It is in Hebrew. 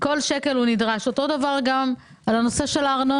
אין לי שום דבר נגדו, שלא יובן לא נכון.